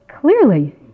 clearly